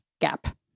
gap